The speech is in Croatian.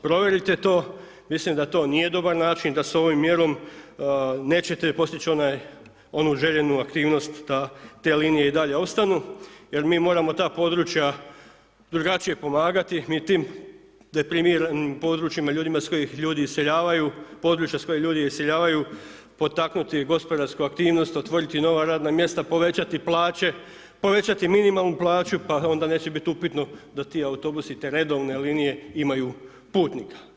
Provjerite to, mislim da to nije dobar način da se ovim mjerom nećete postići onu željenu aktivnost da te linije i dalje ostanu jer mi moramo ta područja drugačije pomagati mi tim deprimiranim područjima, ljudima s kojih ljudi iseljavaju, područja s kojih ljudi iseljavaju potaknuti gospodarsku aktivnost, otvoriti nova radna mjesta, povećati plaće, povećati minimalnu plaću pa onda neće biti upitno da ti autobusi te redovne linije imaju putnika.